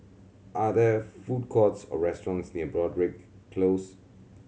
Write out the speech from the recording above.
are there food courts or restaurants near Broadrick Close